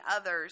others